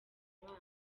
banyu